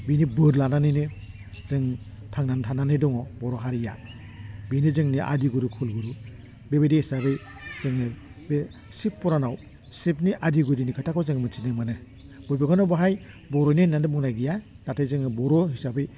बिनि बोर लानानैनो जों थांनानै थानानै दङ बर' हारिया बेनो जोंनि आदि गुरुकुल गुरु बेबायदि हिसाबै जोङो बे शिब पुरानाव शिबनि आदि गुदिनि खोथाखौ जों मोनथिनो मोनो बबेखानि बेहाय बर'नि होन्नानै बुंनाय गैया नाथाय जोङो बर' हिसाबै